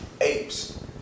apes